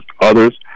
others